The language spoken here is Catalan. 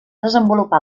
desenvolupar